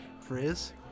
Frizz